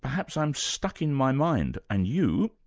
perhaps i'm stuck in my mind and you,